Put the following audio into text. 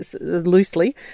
loosely